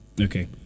Okay